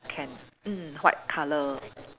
canned mm white colour